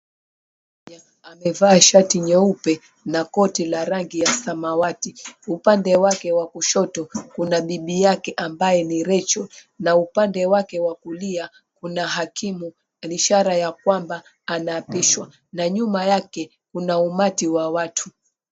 Amevaa shati nyeupe na koti la rangi ya samawati, upande wake wa kushoto kuna bibi yake ambaye ni Rachel, na upande wake wa kulia kuna hakimu ishara ya kwamba anaapishwa na nyuma yake kuna umati wa watu.